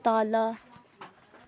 तल